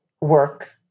work